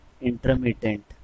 intermittent